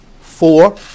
Four